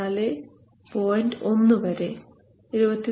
1 വരെ 24